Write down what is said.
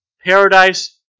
Paradise